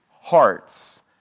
hearts